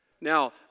Now